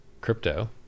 crypto